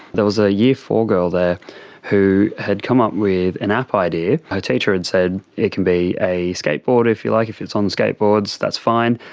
there was a year four girl there who had come up with an app idea. her teacher had said it can be a skateboard if you like, if it's on skateboards, that's fine.